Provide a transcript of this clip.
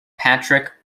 patrick